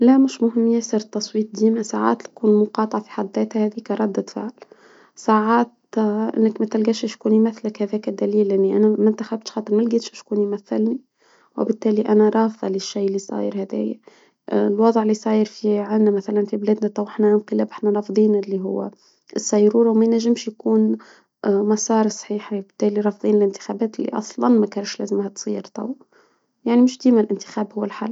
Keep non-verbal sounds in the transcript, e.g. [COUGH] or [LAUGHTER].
لا مش مهم ياسر تصويت، ديننا ساعات نكون مقاطعة في حد ذاتها هذي كردة فعل. ساعات [HESITATION] إنك ما تلجاش تكوني مثلك هذاك دليل إني أنا ما أنتخبتش حد ما لجيتش شكون يمثلني. وبالتالي أنا رافضة للشيء اللي صاير هذايا، اه الوضع اللي صاير في عندنا مثلا في بلادنا تو حنا إنقلاب إحنا رافضين اللي هو السيرورة ما نجمش يكون اه مصارصحيح وبالتالي رافضين الانتخابات اللي اصلا ما كانش لازمها تغير تو، يعني مش ديما الإنتخاب هو الحل.